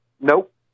Nope